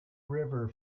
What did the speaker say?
river